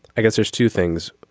i guess there's two things.